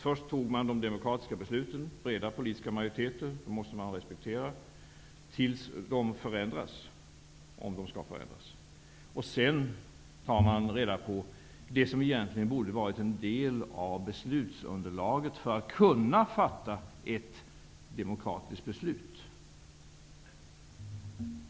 Först fattade man de demokratiska besluten -- det var breda politiska majoriteter, som man måste respektera tills de förändras, om de nu skall förändras -- och sedan tog man reda på det som egentligen borde ha varit en del av beslutsunderlaget, om man verkligen hade velat fatta demokratiska beslut.